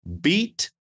beat